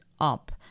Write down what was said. up